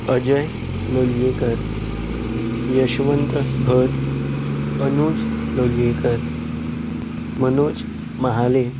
Ajay Lolayekar Yashwant Bhat Anuj Lolayekar Manoj Mahale